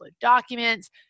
documents